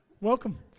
Welcome